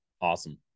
awesome